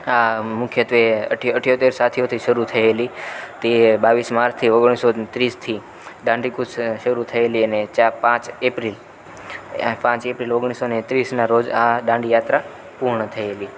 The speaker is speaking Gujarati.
આ મુખ્યત્ત્વે ઇઠયોતેર સાથીઓથી શરૂ થએલી તે બાવીસ માર્ચથી ઓગણીસસો ને ત્રીસથી દાંડી કૂચ શરૂ થએલી અને ચાર પાંચ એપ્રિલ પાંચ એપ્રિલ ઓગણીસસો ને ત્રીસનાં રોજ આ દાંડી યાત્રા પૂર્ણ થએલી